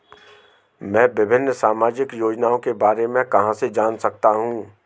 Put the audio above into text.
मैं विभिन्न सामाजिक योजनाओं के बारे में कहां से जान सकता हूं?